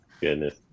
Goodness